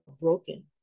broken